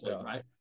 right